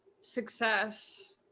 success